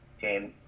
James